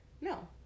No